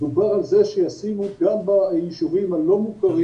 דובר על זה שישימו גם ביישובים הלא מוכרים